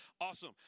Awesome